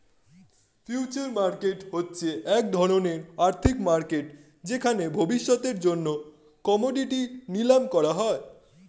future market হচ্ছে এক ধরণের আর্থিক মার্কেট যেখানে ভবিষ্যতের জন্য কোমোডিটি নিলাম করা হয়